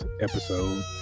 episode